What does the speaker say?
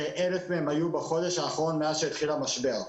1,000 מהם בחודש האחרון מאז שהתחיל המשבר.